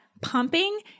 pumping